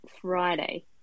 Friday